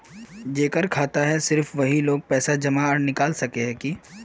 जेकर खाता है सिर्फ वही लोग पैसा जमा आर निकाल सके है की?